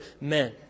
men